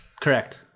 Correct